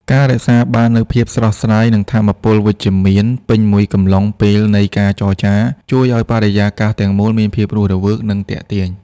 ការរក្សាបាននូវភាពស្រស់ស្រាយ និងថាមពលវិជ្ជមានពេញមួយកំឡុងពេលនៃការចរចា ជួយឱ្យបរិយាកាសទាំងមូលមានភាពរស់រវើក និងទាក់ទាញ។